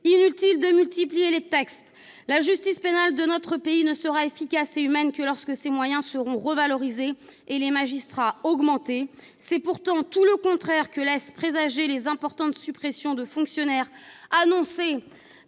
Inutile de multiplier les textes, la justice pénale de notre pays ne sera efficace et humaine que lorsque ses moyens seront revalorisés et les magistrats augmentés. C'est pourtant tout le contraire que laissent présager les importantes suppressions de postes de fonctionnaires annoncées